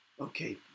okay